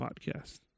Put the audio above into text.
podcast